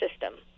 system